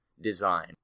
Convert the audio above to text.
design